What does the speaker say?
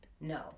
No